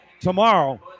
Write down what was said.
tomorrow